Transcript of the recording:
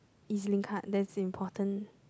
E_Z-link card that's important